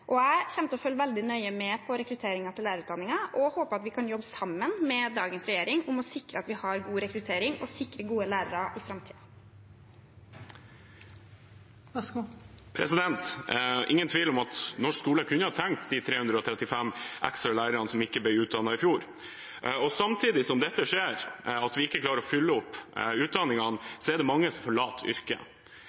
Jeg kommer til å følge veldig nøye med på rekrutteringen til lærerutdanningen og håper at vi kan jobbe sammen med dagens regjering om å sikre at vi har god rekruttering, og sikre gode lærere i framtiden. Det er ingen tvil om at norsk skole kunne ha trengt de 335 ekstra lærerne som ikke ble utdannet i fjor. Samtidig som dette skjer, at vi ikke klarer å fylle opp utdanningene, er det mange som forlater yrket.